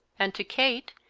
and to kate,